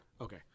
Okay